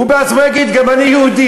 הוא בעצמו יגיד: גם אני יהודי,